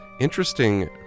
interesting